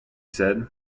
said